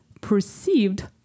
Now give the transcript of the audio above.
perceived